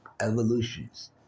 evolutions